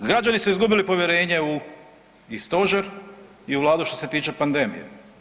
Građani su izgubili povjerenje i u stožer i u Vladu što se tiče pandemije.